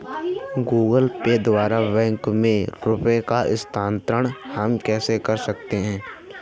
Google Pay द्वारा bank में रुपयों का स्थानांतरण हम कैसे कर सकते हैं?